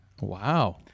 Wow